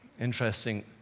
interesting